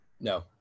No